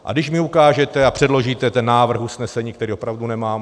A když mi ukážete a předložíte ten návrh usnesení, který opravdu nemám.